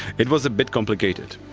it was a bit complicated.